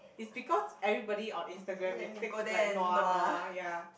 it's because everybody on Instagram they take is like nua nua ya